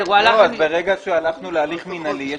ברגע שהלכנו להליך מינהלי,